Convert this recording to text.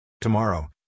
Tomorrow